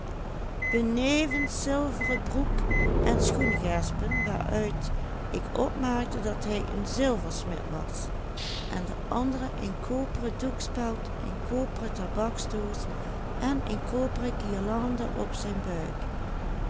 opmaakte dat hij een zilversmid was en de andere een koperen doekspeld een koperen tabaksdoos en een koperen guirlande op zijn buik